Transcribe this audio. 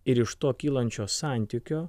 ir iš to kylančio santykio